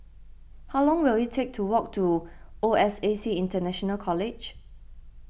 how long will it take to walk to O S A C International College